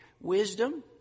Wisdom